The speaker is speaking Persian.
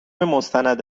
مستند